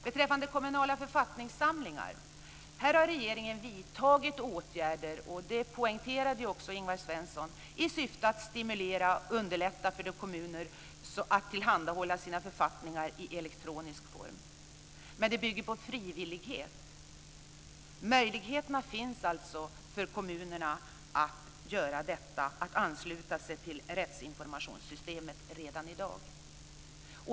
Beträffande kommunala författningssamlingar har regeringen vidtagit åtgärder, vilket också Ingvar Svensson poängterade, i syfte att stimulera och underlätta för kommuner att tillhandahålla sina författningar i elektronisk form. Men det bygger på frivillighet. Det finns alltså möjligheter för kommunerna att ansluta sig till rättsinformationssystemet redan i dag.